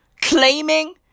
claiming